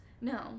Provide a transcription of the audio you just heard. No